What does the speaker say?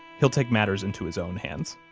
he'll take matters into his own hands